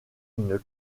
une